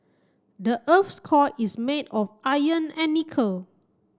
the earth's core is made of iron and nickel